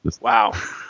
Wow